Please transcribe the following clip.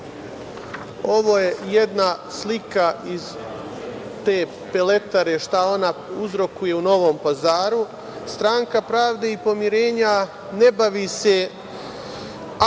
Ovo je jedna slika iz te peletare, šta ona uzrokuje u Novom Pazaru. Stranka pravde i pomirenja ne bavi se ad hok